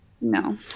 No